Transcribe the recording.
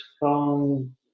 phone